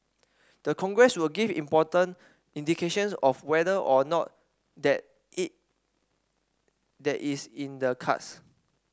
the Congress will give important indications of whether or not that is that is in the cards